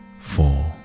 four